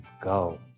go